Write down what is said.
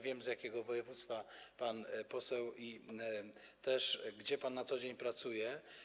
Wiem, z jakiego województwa jest pan poseł i gdzie pan na co dzień pracuje.